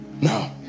No